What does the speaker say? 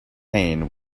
payne